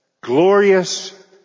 glorious